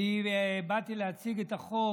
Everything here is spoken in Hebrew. באתי להציג את החוק,